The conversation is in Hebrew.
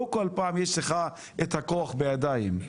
לא כל פעם יש לך את הכוח בידיים,